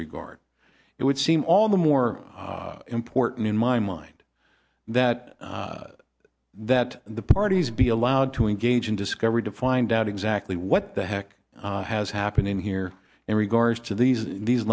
regard it would seem all the more important in my mind that that the parties be allowed to engage in discovery to find out exactly what the heck has happened in here in regards to these these